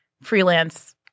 freelance